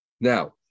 Now